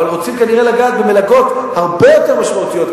אבל רוצים כנראה לגעת במלגות הרבה יותר משמעותיות,